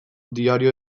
diario